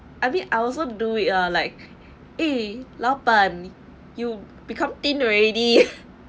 I mean I also do it ah like eh lau pan you become thin already